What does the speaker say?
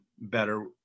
better